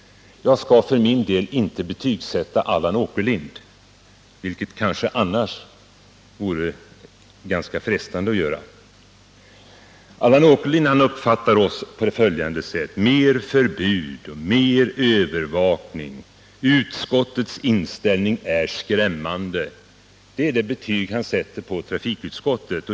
Jag skall för min dei inte betygsätta Allan Åkerlind, även om det i och för sig vore ganska frestande att göra det. Mer förbud, mer övervakning, utskottets inställning är skrämmande — det är så Allan Åkerlind uppfattar oss och det är det betyg han sätter på trafikutskottet.